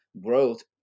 growth